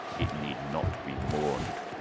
it need not be mourned.